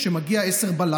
כשמגיע 22:00,